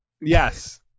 Yes